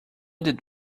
that